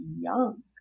young